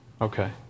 Okay